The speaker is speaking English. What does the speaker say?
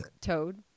Toad